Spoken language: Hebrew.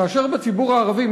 כאשר בציבור הערבי,